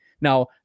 Now